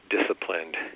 disciplined